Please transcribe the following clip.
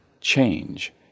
change